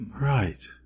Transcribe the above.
Right